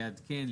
לעדכן,